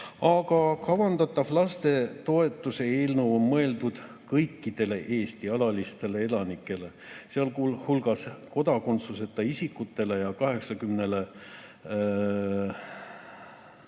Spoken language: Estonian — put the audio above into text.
Aga kavandatav lastetoetuse eelnõu on mõeldud kõikidele Eesti alalistele elanikele, sealhulgas kodakondsuseta isikutele ja 80